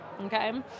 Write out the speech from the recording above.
Okay